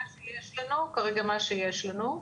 כרגע מה שיש לנו,